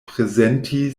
prezenti